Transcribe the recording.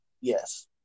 Yes